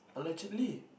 allegedly